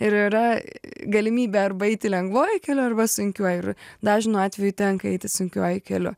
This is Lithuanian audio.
ir yra galimybė arba eiti lengvuoju keliu arba sunkiuoju ir dažnu atveju tenka eiti sunkiuoju keliu